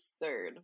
absurd